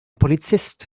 polizist